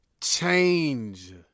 change